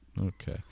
Okay